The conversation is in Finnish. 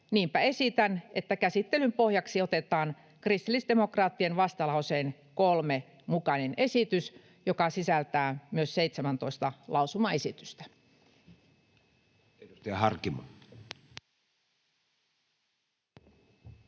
Niinpä esitän, että käsittelyn pohjaksi otetaan kristillisdemokraattien vastalauseen 3 mukainen esitys, joka sisältää myös 17 lausumaesitystä. [Speech 54]